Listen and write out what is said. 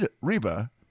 Reba